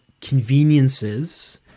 conveniences